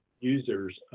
users